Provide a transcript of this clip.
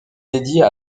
dédiées